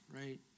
right